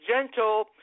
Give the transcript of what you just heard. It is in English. gentle